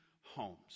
homes